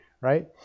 right